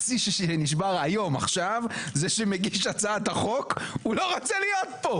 השיא שנשבר עכשיו זה שמגיש הצעת החוק לא רוצה להיות פה.